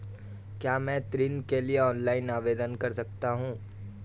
क्या मैं ऋण के लिए ऑनलाइन आवेदन कर सकता हूँ?